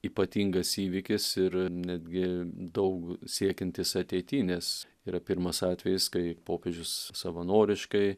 ypatingas įvykis ir netgi daug siekiantis ateity nes yra pirmas atvejis kai popiežius savanoriškai